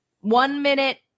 one-minute